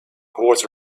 horse